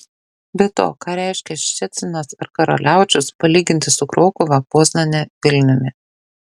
be to ką reiškia ščecinas ir karaliaučius palyginti su krokuva poznane vilniumi